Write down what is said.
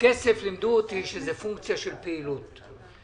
זה פונקציה של פעילות,